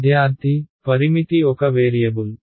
విద్యార్థి పరిమితి ఒక వేరియబుల్